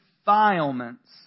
defilements